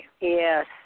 Yes